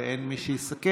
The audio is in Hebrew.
אני מניח, ואין מי שיסכם.